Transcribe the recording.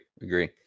agree